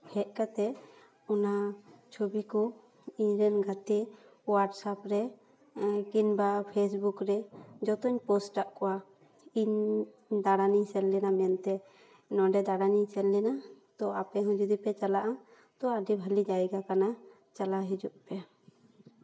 ᱦᱮᱡ ᱠᱟᱛᱮ ᱚᱱᱟ ᱪᱷᱚᱵᱤ ᱠᱚ ᱤᱧ ᱨᱮᱱ ᱜᱟᱛᱮ ᱦᱳᱣᱟᱴᱥᱟᱯ ᱨᱮ ᱠᱤᱢᱵᱟ ᱯᱷᱮᱥᱵᱩᱠ ᱨᱮ ᱡᱚᱛᱚᱧ ᱯᱳᱥᱴ ᱟᱜ ᱠᱚᱣᱟ ᱤᱧ ᱫᱟᱬᱟᱱᱤᱧ ᱥᱮᱱ ᱞᱮᱱᱟ ᱢᱮᱱᱛᱮ ᱱᱚᱰᱮ ᱫᱟᱬᱟᱱᱤᱧ ᱥᱮᱱ ᱞᱮᱱᱟ ᱛᱚ ᱟᱯᱮ ᱦᱚᱸ ᱡᱩᱫᱤ ᱯᱮ ᱪᱟᱞᱟᱜᱼᱟ ᱛᱚ ᱟᱹᱰᱤ ᱵᱷᱟᱞᱮ ᱡᱟᱭᱜᱟ ᱠᱟᱱᱟ ᱪᱟᱞᱟᱣ ᱦᱤᱡᱩᱜ ᱯᱮ